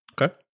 Okay